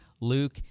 Luke